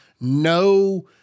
no